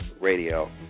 Radio